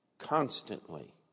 constantly